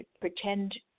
pretend